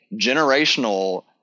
generational